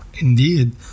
indeed